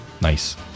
Nice